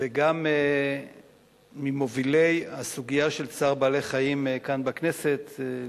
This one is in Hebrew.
וגם ממובילי הסוגיה של צער בעלי-חיים בכנסת,